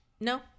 no